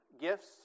gifts